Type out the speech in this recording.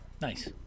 Nice